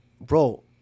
Bro